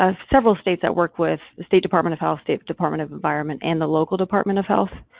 ah several states that work with the state department of health, state department of environment and the local department of health,